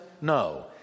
No